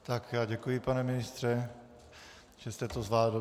Tak já děkuji, pane ministře, že jste to zvládl.